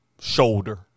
shoulder